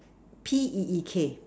P E E K